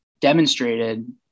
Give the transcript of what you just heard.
demonstrated